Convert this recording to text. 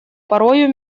порою